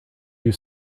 you